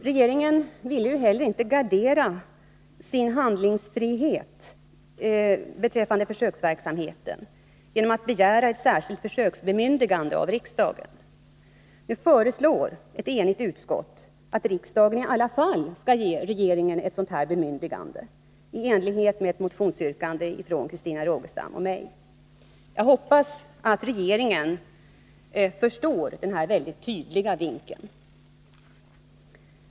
Regeringen vill inte heller gardera sin handlingsfrihet beträffande försöksverksamheten genom att begära ett särskilt försöksbemyndigande av riksdagen. Nu föreslår ett enigt utskott att riksdagen i alla fall skall ge regeringen ett sådant bemyndigande i enlighet med ett motionsyrkande från Christina Rogestam och mig. Jag hoppas att regeringen förstår den här mycket tydliga vinken.